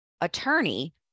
attorney